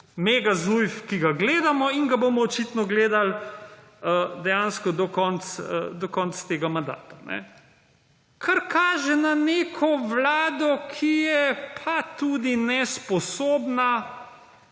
mega ZUJF, ki ga gledamo in ga bomo očitno gledali dejansko do konec tega mandata, kar kaže na neko Vlado, ki je tudi nesposobna